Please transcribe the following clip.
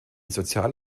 sozial